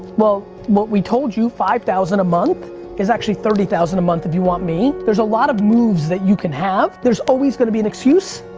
well, what we told you five thousand a month is actually thirty thousand a month if you want me. there's a lot of moves that you can have. there's always gonna be an excuse.